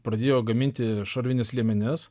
pradėjo gaminti šarvines liemenes